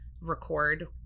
record